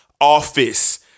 office